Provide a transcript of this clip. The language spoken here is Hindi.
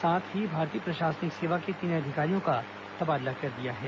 साथ ही भारतीय प्रशासनिक सेवा के तीन अधिकारियों का तबादला कर दिया है